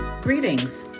Greetings